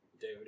dude